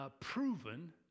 proven